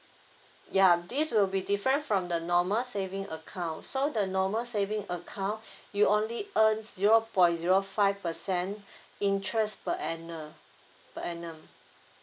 ya this will be different from the normal saving account so the normal saving account you only earn zero point zero five percent interest per annum per annum